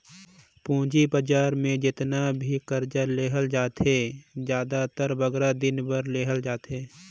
पूंजी बजार में जेतना भी करजा लेहल जाथे, जादातर बगरा दिन बर लेहल जाथे